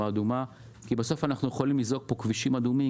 כי בסוף אנחנו יכולים לזעוק כבישים אדומים,